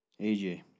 AJ